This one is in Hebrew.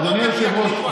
אדוני היושב-ראש,